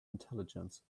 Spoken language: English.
intelligence